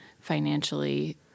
financially